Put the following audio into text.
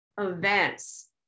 events